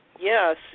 yes